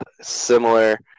similar